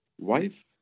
wife